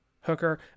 Hooker